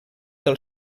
del